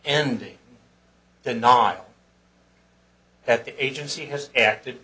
ending the not that the agency has acted